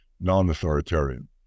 non-authoritarian